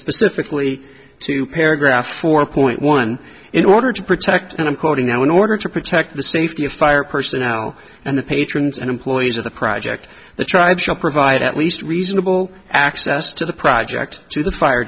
specifically to paragraph four point one in order to protect and i'm quoting now in order to protect the safety of fire personnel and the patrons and employees of the project the tribe shall provide at least reasonable access to the project to the fire